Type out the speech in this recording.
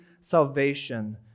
salvation